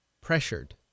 pressured